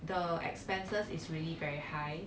the expenses is really very high